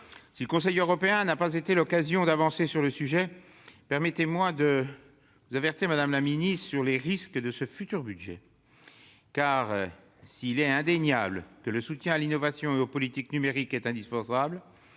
si le Conseil européen n'a pas été l'occasion d'obtenir des avancées sur le sujet, permettez-moi de vous alerter sur les risques de ce futur budget. En effet, s'il est indéniable que le soutien à l'innovation et aux politiques numériques est indispensable,